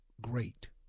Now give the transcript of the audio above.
great